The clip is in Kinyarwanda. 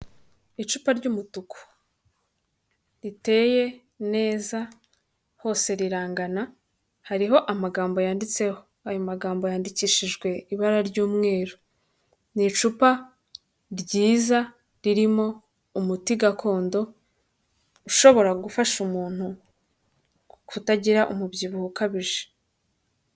Icupa ry'umutuku, riteye neza hose rirangana, hariho amagambo yanditseho, ayo magambo yandikishijwe ibara ry'umweru, ni icupa ryiza ririmo umuti gakondo ushobora gufasha umuntu kutagira umubyibuho ukabije.